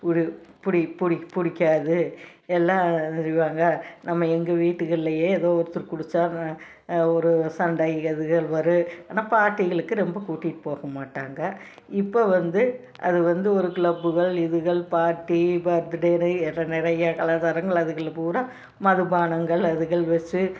பிடி பிடி பிடிக் பிடிக்காது எல்லாம் வைவாங்க நம்ம எங்கே வீட்டுகள்லேயே ஏதோ ஒருத்தர் குடித்தா ஒரு சண்டை அதுகள் வரும் ஆனால் பார்ட்டிகளுக்கு ரொம்ப கூட்டிகிட்டு போக மாட்டாங்க இப்போ வந்து அது வந்து ஒரு க்ளப்புகள் இதுகள் பார்ட்டி பர்த்துடேன்னு நிறைய அதுகளில் பூரா மதுபானங்கள் அதுகள் வச்சு